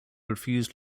refused